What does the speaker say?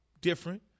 different